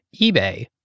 eBay